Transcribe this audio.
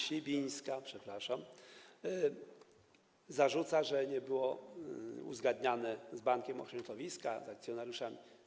Sibińska, przepraszam, zarzuca, że to nie było uzgadniane z Bankiem Ochrony Środowiska, z akcjonariuszami.